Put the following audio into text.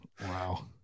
Wow